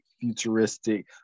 futuristic